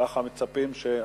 כך מצפים שאדוני